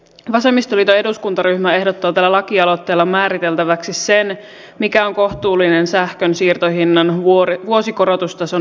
vasemmistoliiton eduskuntaryhmä ehdottaa tällä lakialoitteella määriteltäväksi sen mikä on kohtuullinen sähkön siirtohinnan vuosikorotustason enimmäismäärä